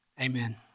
amen